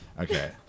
Okay